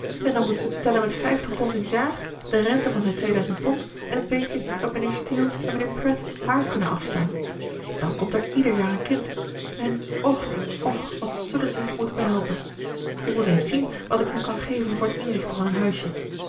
en dan moeten ze t stellen met vijftig pond in t jaar de rente van zijn tweeduizend pond en het beetje dat mijnheer steele en mijnheer pratt haar kunnen afstaan dan komt er ieder jaar een kind en och och wat zullen ze zich moeten behelpen ik moet eens zien wat ik hun kan geven voor t inrichten van hun huisje